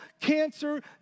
cancer